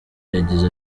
yagize